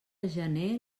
gener